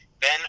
Ben